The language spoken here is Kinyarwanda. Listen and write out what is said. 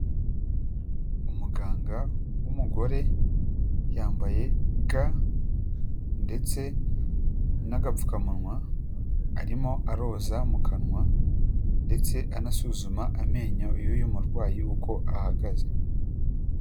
Umuganga w'umugore yambaye ga ndetse n'agapfukamunwa; arimo aroza mu kanwa ndetse anasuzuma amenyo y'uyu murwayi uko ahagaze.